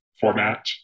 format